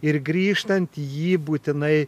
ir grįžtant jį būtinai